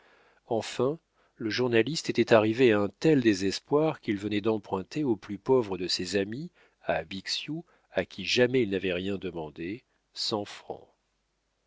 enfin le journaliste était arrivé à un tel désespoir qu'il venait d'emprunter au plus pauvre de ses amis à bixiou à qui jamais il n'avait rien demandé cent francs